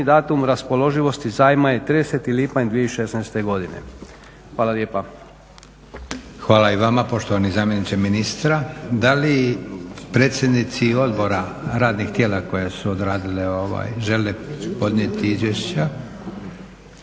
datum raspoloživosti zajma je 30. lipanj 2016. godine. Hvala lijepa. **Leko, Josip (SDP)** Hvala i vama poštovani zamjeniče ministra. Da li predsjednici odbora, radnih tijela koja su odradili žele podnijeti izvješća?